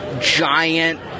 giant